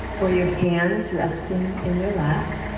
or your hands resting in your lap,